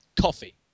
Coffee